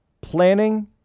planning